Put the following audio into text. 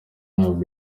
ntabwo